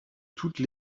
toutes